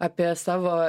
apie savo